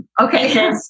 Okay